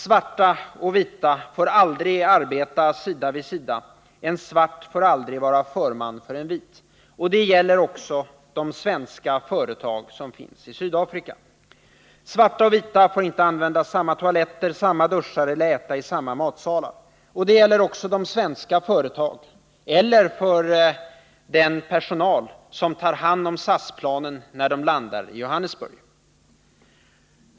Svarta och vita får aldrig arbeta sida vid sida, en svart får aldrig vara förman för en vit. Detta gäller också de svenska företag som finns i Sydafrika. Svarta och vita får inte använda samma toaletter, samma duschar eller äta i samma matsalar. Och detta gäller också de svenska företagen — eller för den personal som tar hand om SAS-planen när de landar i Johannesburg.